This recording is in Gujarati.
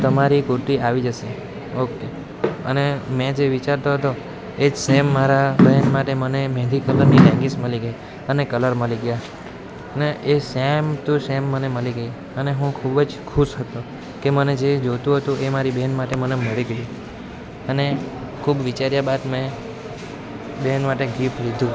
તમારી કુર્તી આવી જશે ઓકે અને મેં જે વિચારતો હતો એ જ સેમ મારા બહેન માટે મને મહેંદી કલરની લેગીસ મળી ગઈ અને કલર મળી ગયા ને એ સેમ ટુ સેમ એ મને મળી ગઈ અને હું ખૂબ જ ખુશ હતો કે મને જે જોઈતું હતું એ મને મારી બહેન માટે મને મળી ગયું અને ખૂબ વિચાર્યા બાદ મેં બહેન માટે ગિફ્ટ લીધું